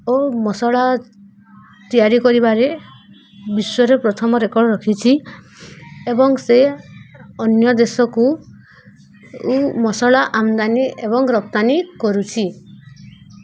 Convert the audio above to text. ଓ ମସଲା ତିଆରି କରିବାରେ ବିଶ୍ୱରେ ପ୍ରଥମ ରେକର୍ଡ଼ ରଖିଛି ଏବଂ ସେ ଅନ୍ୟ ଦେଶକୁ ମସଲା ଆମଦାନୀ ଏବଂ ରପ୍ତାନି କରୁଛି